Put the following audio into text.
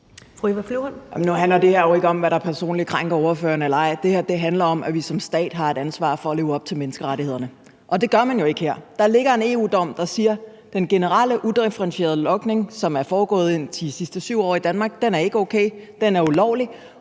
det her jo ikke om, hvad der personligt krænker ordføreren eller ej. Det her handler om, at vi som stat har et ansvar for at leve op til menneskerettighederne, og det gør man jo ikke her. Der ligger en EU-dom, der siger, at den generelle og udifferentierede logning, som er foregået de sidste 7 år i Danmark, ikke er okay, at den er ulovlig,